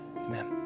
Amen